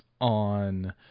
on